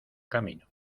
camino